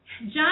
John